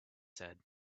said